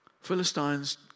Philistines